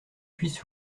puisse